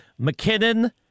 McKinnon